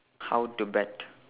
how to bet